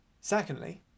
Secondly